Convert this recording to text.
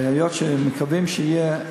היות שמקווים שיהיו,